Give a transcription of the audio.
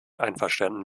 einverstanden